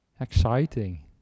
exciting